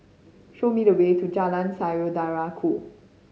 show me the way to Jalan Saudara Ku